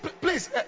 please